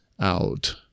Out